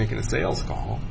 making a sales call